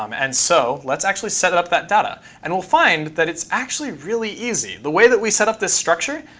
um and so let's actually set up that data. and we'll find that it's actually really easy. the way that we set up this structure,